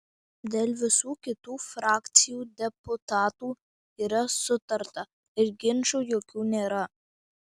dėl visų kitų frakcijų deputatų yra sutarta ir ginčų jokių nėra